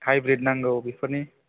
hybrid नांगौ बेफोरनि